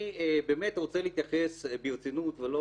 אני באמת רוצה להתייחס ברצינות ולא